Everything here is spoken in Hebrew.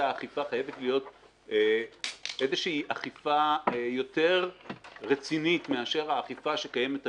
האכיפה חייבת להיות אכיפה יותר רצינית מאשר האכיפה שקיימת היום,